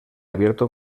abierto